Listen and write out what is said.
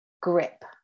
grip